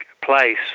place